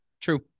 true